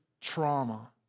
trauma